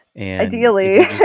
Ideally